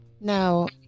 Now